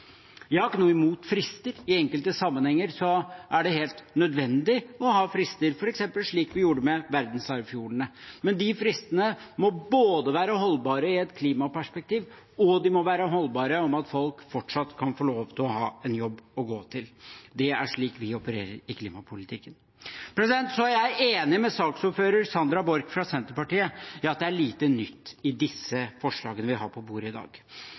Jeg har ikke noe imot frister. I enkelte sammenhenger er det helt nødvendig å ha frister, f.eks. slik vi gjorde det med verdensarvfjordene. Men de fristene må være både holdbare i et klimaperspektiv og holdbare på den måten at folk fortsatt kan få lov til å ha en jobb å gå til. Det er slik vi opererer i klimapolitikken. Jeg er enig med saksordfører Sandra Borch fra Senterpartiet i at det er lite nytt i disse forslagene vi har på bordet i dag.